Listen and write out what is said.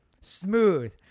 Smooth